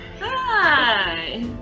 Hi